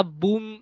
boom